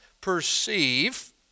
perceive